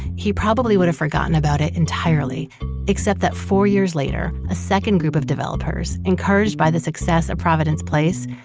he probably would have forgotten about it entirely except that four years later, a second group of developers, encouraged by the success of providence place,